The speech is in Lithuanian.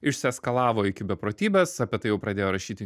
išsiaskalavo iki beprotybės apie tai jau pradėjo rašyti